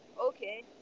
Okay